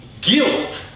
guilt